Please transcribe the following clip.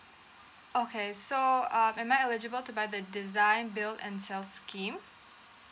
okay so um am I eligible to buy the design build and sells scheme